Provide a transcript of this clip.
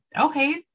Okay